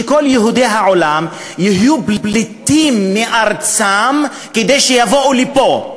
שכל יהודי העולם יהיו פליטים מארצם כדי שיבואו לפה,